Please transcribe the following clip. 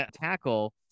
tackle